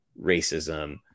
racism